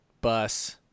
bus